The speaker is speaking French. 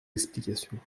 explications